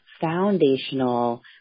foundational